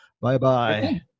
Bye-bye